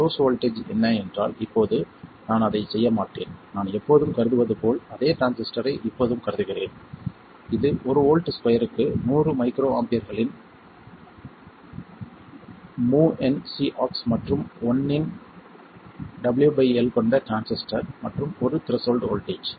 source voltage என்ன என்றால் இப்போது நான் அதைச் செய்ய மாட்டேன் நான் எப்போதும் கருதுவது போல் அதே டிரான்சிஸ்டரை இப்போதும் கருதுகிறேன் இது ஒரு வோல்ட் ஸ்கொயர்க்கு 100 மைக்ரோ ஆம்பியர்களின் mu n C ஆக்ஸ் மற்றும் 1 இன் W L கொண்ட டிரான்சிஸ்டர் மற்றும் 1 திரஸ்சோல்ட் வோல்ட்டேஜ்